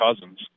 Cousins